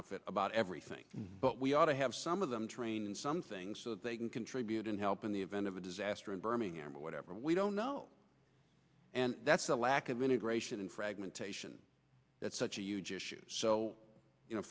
outfit about everything but we ought to have some of them trained in some things so they can contribute and help in the event of a disaster in birmingham or whatever we don't know and that's the lack of integration in fragmentation that's such a huge issue so you know